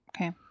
Okay